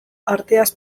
arteaz